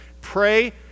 pray